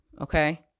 okay